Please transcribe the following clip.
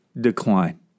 decline